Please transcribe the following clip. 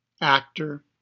actor